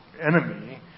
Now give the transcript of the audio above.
enemy